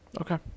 Okay